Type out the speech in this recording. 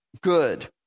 good